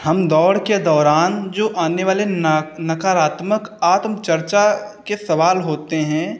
हम दौड़ के दौरान जो आने वाले न नकारात्मक आत्म चर्चा के सवाल होते हैं